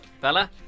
Bella